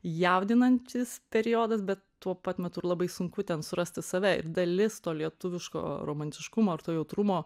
jaudinantis periodas bet tuo pat metu ir labai sunku ten surasti save ir dalis to lietuviško romantiškumo ir to jautrumo